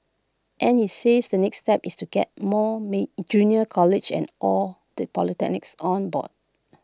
and he says the next step is to get more may junior colleges and all the polytechnics on board